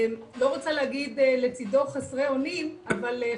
לא רוצה להגיד לצידו חסרי אונים אבל חברים,